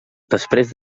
després